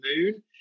moon